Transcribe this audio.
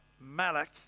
Malak